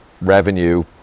revenue